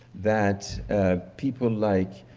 that people like